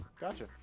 Gotcha